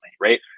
right